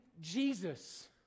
Jesus